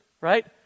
right